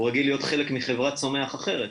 הוא רגיל להיות חלק מחברת צומח אחרת.